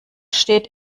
steht